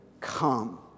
come